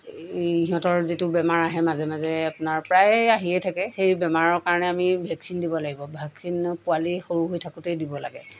ই সিহঁতৰ যিটো বেমাৰ আহে মাজে মাজে আপোনাৰ প্ৰায় আহিয়েই থাকে সেই বেমাৰৰ কাৰণে আমি ভেকচিন দিব লাগিব ভেকচিন পোৱালি সৰু হৈ থাকোঁতেই দিব লাগে